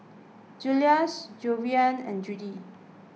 Juluis Javion and Judi